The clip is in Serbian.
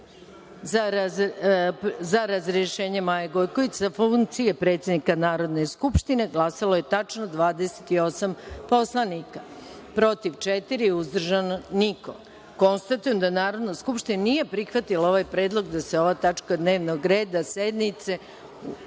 za razrešenje Maje Gojković sa funkcije predsednika Narodne skupštine glasalo je tačno 28 poslanika, protiv – četiri, uzdržan – niko. Konstatujem da Narodna skupština nije prihvatila ovaj predlog da se ova tačka dnevnog reda sednice